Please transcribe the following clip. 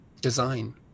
design